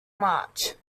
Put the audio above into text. march